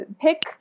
pick